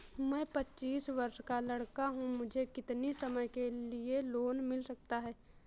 मैं पच्चीस वर्ष का लड़का हूँ मुझे कितनी समय के लिए लोन मिल सकता है?